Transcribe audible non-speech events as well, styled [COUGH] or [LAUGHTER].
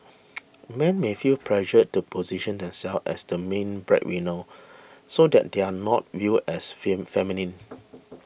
[NOISE] men may feel pressured to position themselves as the main breadwinner so that they are not viewed as fin feminine